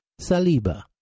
Saliba